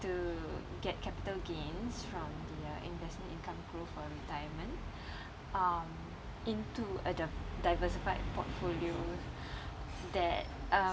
to get capital gains from the uh investment income growth for your retirement um into a the diversified portfolio that um